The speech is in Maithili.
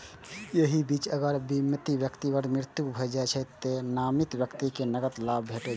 एहि बीच अगर बीमित व्यक्तिक मृत्यु भए जाइ छै, तें नामित व्यक्ति कें नकद लाभ भेटै छै